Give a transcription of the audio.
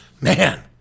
Man